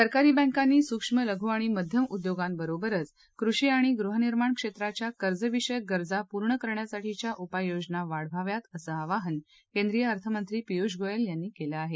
सरकारी बक्तीनी सुक्ष्म लघु आणि मध्यम उद्योगांबरोबरच कृषी आणि गृहनिर्माण क्षेत्राच्या कर्जविषयक गरजा पूर्ण करण्यासाठीच्या उपाययोजना वाढवाव्यात असं आवाहन केंद्रीय अर्थ मंत्री पियुष गोयल यांनी केलं आहे